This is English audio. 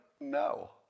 No